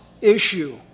issue